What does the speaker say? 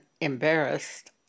embarrassed